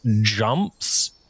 jumps